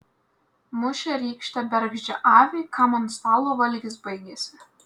mušė rykšte bergždžią avį kam ant stalo valgis baigėsi